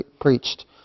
preached